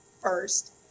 first